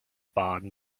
baden